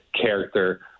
character